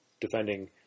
defending